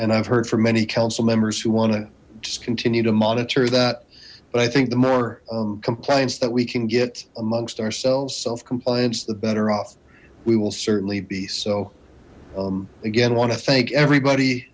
and i've heard for many council members who want to just continue to monitor that but i think the more compliance that we can get amongst ourselves self compliance the better off we will certainly be so again want to thank everybody